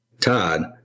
todd